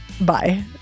Bye